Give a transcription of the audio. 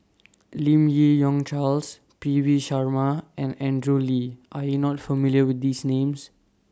Lim Yi Yong Charles P V Sharma and Andrew Lee Are YOU not familiar with These Names